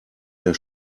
der